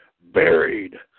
buried